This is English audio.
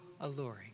alluring